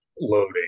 loading